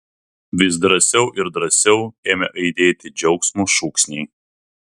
vis drąsiau ir drąsiau ėmė aidėti džiaugsmo šūksniai